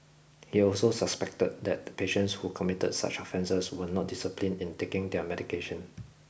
he also suspected that patients who committed such offences were not disciplined in taking their medication